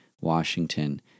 Washington